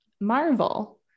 Marvel